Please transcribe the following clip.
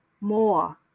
more